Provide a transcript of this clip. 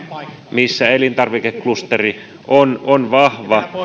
missä elintarvikeklusteri on on vahva